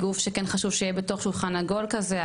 גוף שכן חשוב שתהיה בתוך שולחן עגול כזה.